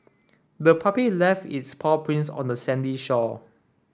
the puppy left its paw prints on the sandy shore